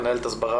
מנהלת הסברה,